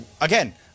Again